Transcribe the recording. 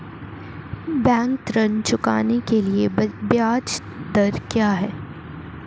Bank ऋण चुकाने के लिए ब्याज दर क्या है?